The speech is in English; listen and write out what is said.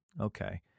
okay